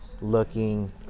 looking